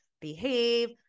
behave